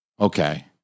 Okay